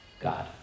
God